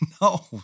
No